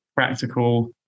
practical